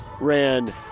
ran